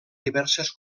diverses